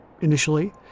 initially